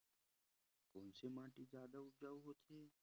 कोन से माटी जादा उपजाऊ होथे?